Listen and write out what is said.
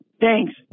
Thanks